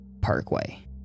Parkway